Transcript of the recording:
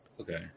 Okay